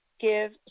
give